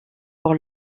pour